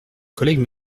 collègues